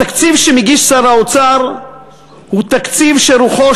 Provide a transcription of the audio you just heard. התקציב שמגיש שר האוצר הוא תקציב שרוחו